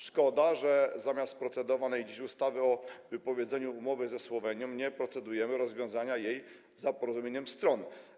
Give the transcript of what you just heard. Szkoda, że zamiast procedowanej dziś ustawy o wypowiedzeniu umowy ze Słowenią nie procedujemy nad rozwiązaniem jej za porozumieniem stron.